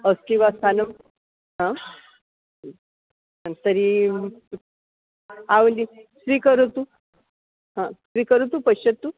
अस्ति वा स्थानम् आं तर्हि आवलीं स्वीकरोतु स्वीकरोतु पश्यतु